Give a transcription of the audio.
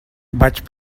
vaig